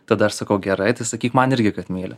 tada aš sakau gerai tai sakyk man irgi kad myliu